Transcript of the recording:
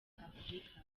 afurika